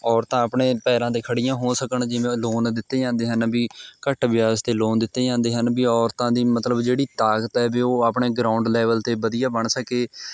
ਔਰਤਾਂ ਆਪਣੇ ਪੈਰਾਂ 'ਤੇ ਖੜ੍ਹੀਆ ਹੋ ਸਕਣ ਜਿਵੇਂ ਲੋਨ ਦਿੱਤੇ ਜਾਂਦੇ ਹਨ ਵੀ ਘੱਟ ਵਿਆਜ਼ 'ਤੇ ਲੋਨ ਦਿੱਤੇ ਜਾਂਦੇ ਹਨ ਵੀ ਔਰਤਾਂ ਦੀ ਮਤਲਬ ਜਿਹੜੀ ਤਾਕਤ ਹੈ ਵੀ ਉਹ ਆਪਣੇ ਗਰਾਊਂਡ ਲੈਵਲ 'ਤੇ ਵਧੀਆ ਬਣ ਸਕੇ